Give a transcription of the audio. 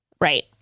Right